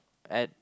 at